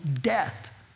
death